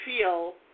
feel